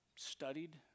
studied